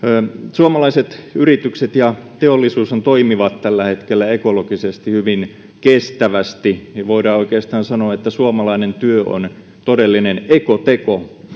suomalaiset yritykset ja teollisuushan toimivat tällä hetkellä ekologisesti hyvin kestävästi ja voidaan oikeastaan sanoa että suomalainen työ on todellinen ekoteko